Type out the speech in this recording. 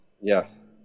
Yes